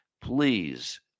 please